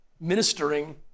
ministering